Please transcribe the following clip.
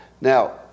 Now